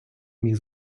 міг